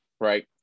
right